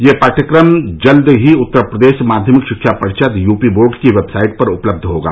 यह पाठ्यक्रम जल्द ही उत्तर प्रदेश माध्यमिक शिक्षा परिषद यूपी बोर्ड की वेबसाइट पर उपलब्ध होगा